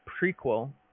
prequel